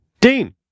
Dean